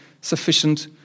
Sufficient